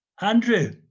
Andrew